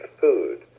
food